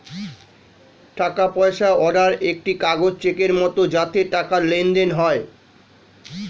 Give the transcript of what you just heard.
টাকা পয়সা অর্ডার একটি কাগজ চেকের মত যাতে টাকার লেনদেন হয়